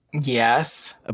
yes